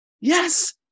Yes